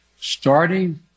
Starting